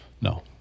No